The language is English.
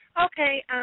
Okay